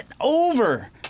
over